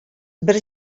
бер